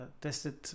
tested